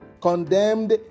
condemned